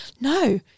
no